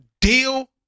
deal